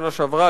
בשנה שעברה,